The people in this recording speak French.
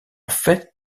fait